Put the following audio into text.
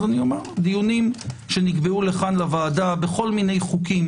דיונים שנקבעו לוועדה כאן בכל מיני חוקים